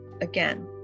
again